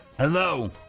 Hello